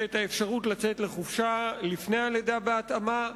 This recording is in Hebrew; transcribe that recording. ואת האפשרות לצאת לחופשה לפני הלידה, בהתאמה.